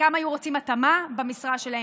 חלקם היו רוצים התאמה במשרה שלהם,